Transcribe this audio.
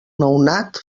nounat